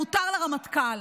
מותר לרמטכ"ל.